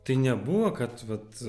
tai nebuvo kad vat